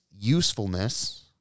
usefulness